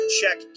check